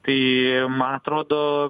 tai man atrodo